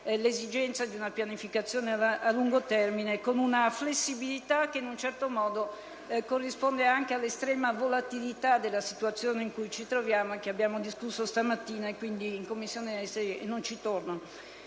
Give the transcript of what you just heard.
l'esigenza di una pianificazione a lungo termine con una flessibilità che in un certo modo corrisponde all'estrema volatilità della situazione in cui ci troviamo e che abbiamo discusso questa mattina in Commissione esteri; pertanto, non ci torno.